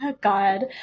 god